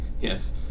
Yes